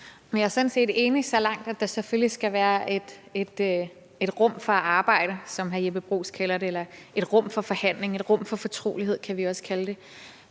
Jeg er sådan set enig så langt, at der selvfølgelig skal være et rum for at arbejde, som hr. Jeppe Bruus kalder det. Et rum for forhandling eller et rum for fortrolighed kan vi også kalde det.